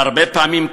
והרבה פעמים,